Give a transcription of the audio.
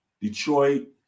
Detroit